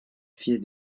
fils